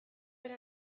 bere